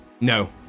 No